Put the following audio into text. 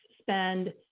spend